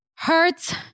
Hurts